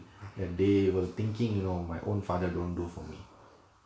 then they will thinking you know my own father don't do for me